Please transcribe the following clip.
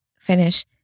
finish